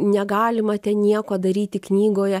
negalima ten nieko daryti knygoje